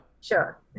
Sure